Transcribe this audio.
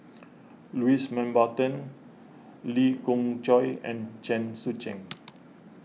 Louis Mountbatten Lee Khoon Choy and Chen Sucheng